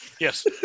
yes